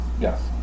Yes